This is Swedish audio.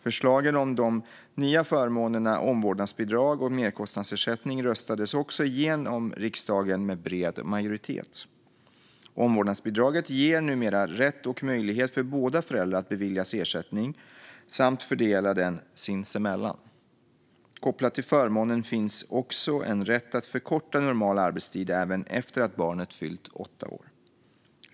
Förslagen om de nya förmånerna, omvårdnadsbidrag och merkostnadsersättning, röstades också igenom i riksdagen med bred majoritet. Omvårdnadsbidraget ger numera rätt och möjlighet för båda föräldrar att beviljas ersättning samt att fördela den sinsemellan. Kopplat till förmånen finns också en rätt att förkorta normal arbetstid även efter att barnet fyllt åtta år.